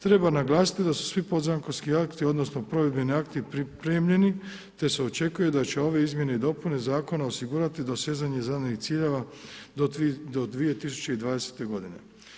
Treba naglasiti da su svi pod zakonski akti, odnosno provedbeni akti pripremljeni te se očekuje da će ove izmjene i dopune zakona osigurati dosezanje zelenih ciljeva do 2020. godine.